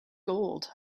gold